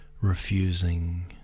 refusing